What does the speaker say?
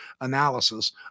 analysis